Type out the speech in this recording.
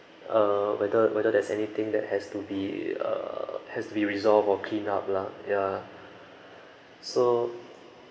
uh whether whether there's anything that has to be uh has to be resolved or cleanup lah ya so